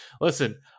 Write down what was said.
listen